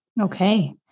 okay